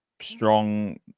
strong